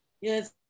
Yes